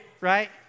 right